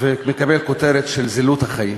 ומקבל כותרת של "זילות החיים".